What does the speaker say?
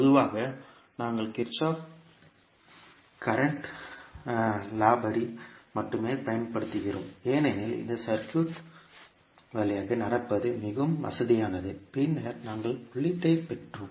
பொதுவாக நாங்கள் கிர்ச்சோஃப்பின் மின்சாரசட்டத்தை Kirchhoff's current law மட்டுமே பயன்படுத்துகிறோம் ஏனெனில் இந்த சர்க்யூட் வழியாக நடப்பது மிகவும் வசதியானது பின்னர் நாங்கள் உள்ளீட்டைப் பெற்றோம்